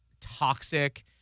toxic